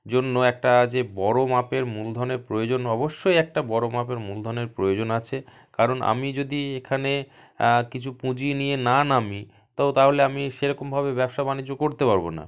জন্য একটা যে বড় মাপের মূলধনের প্রয়োজন অবশ্যই একটা বড় মাপের মূলধনের প্রয়োজন আছে কারণ আমি যদি এখানে কিছু পুঁজি নিয়ে না নামি তো তাহলে আমি সেরকমভাবে ব্যবসা বাণিজ্য করতে পারব না